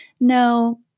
no